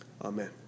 Amen